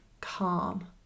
calm